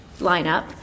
lineup